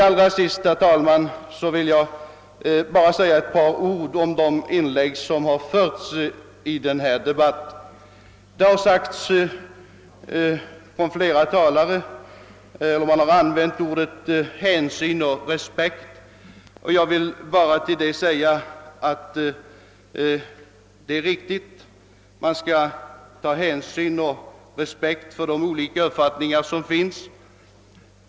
Allra sist, herr talman, vill jag säga några ord om de inlägg som gjorts i denna debatt. Flera talare har använt orden »hänsyn och respekt», och jag vill bara säga att det är riktigt att man skall visa hänsyn och respekt för de olika uppfattningar som finns.